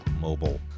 mobile